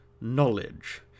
knowledge